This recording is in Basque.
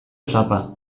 sapa